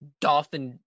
dolphin